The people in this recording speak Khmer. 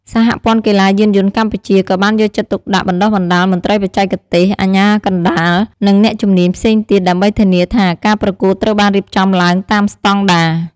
សហព័ន្ធកីឡាយានយន្តកម្ពុជា ក៏បានយកចិត្តទុកដាក់បណ្តុះបណ្តាលមន្ត្រីបច្ចេកទេស អាជ្ញាកណ្តាល និងអ្នកជំនាញផ្សេងទៀត ដើម្បីធានាថាការប្រកួតត្រូវបានរៀបចំឡើងតាមស្តង់ដារ។